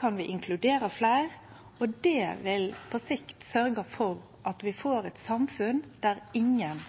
kan vi inkludere fleire, og det vil på sikt sørgje for at vi får eit samfunn der ingen